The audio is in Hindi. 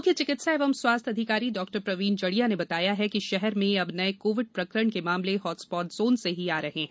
मुख्य चिकित्सा एवं स्वास्थ्य अधिकारी डॉ प्रवीण जड़िया ने बताया कि शहर में अब नए कोविड प्रकरण के मामले हॉटस्पॉट ज़ोन से ही आ रहे हैं